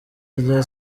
rya